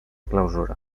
clausura